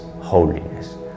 holiness